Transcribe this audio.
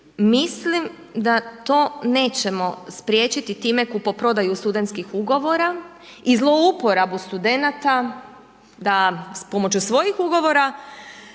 mislim da to nećemo spriječiti time kupoprodaju studentskih ugovora i zlouporabu studenata da s pomoću svojih ugovora